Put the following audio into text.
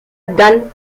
dan